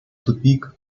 тупик